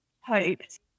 hoped